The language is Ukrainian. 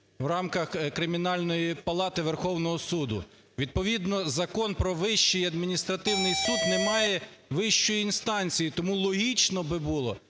в рамках кримінальної палати Верховного Суду. Відповідно Закон "Про Вищий адміністративний суд" не має вищої інстанції. Тому логічно би було